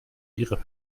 ihre